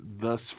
thus